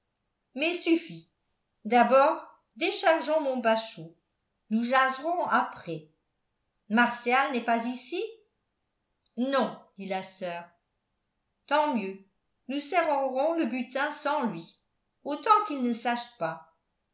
mais suffit d'abord déchargeons mon bachot nous jaserons après martial n'est pas ici non dit la soeur tant mieux nous serrerons le butin sans lui autant qu'il ne sache pas